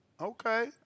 Okay